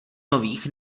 nových